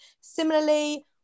Similarly